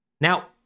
Now